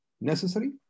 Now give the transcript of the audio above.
necessary